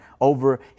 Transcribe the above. over